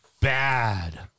bad